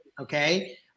okay